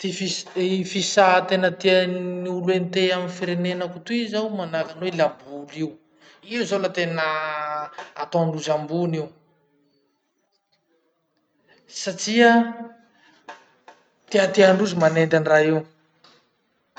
Ty fis- fisà tena tian'olo hentea amy firenenako toy zao manahaky any hoe laboly io. Io zao le tena, ataondrozy ambony io, satria tiatiandrozy manenty any raha io.